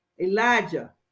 elijah